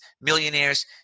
millionaires